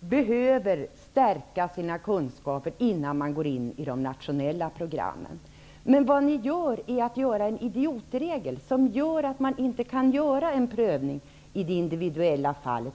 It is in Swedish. behöver stärka sina kunskaper innan de går in i de nationella programmen. Regeringen skapar en idiotregel som gör att det individuella fallet inte kan prövas.